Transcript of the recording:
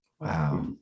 Wow